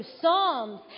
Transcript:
psalms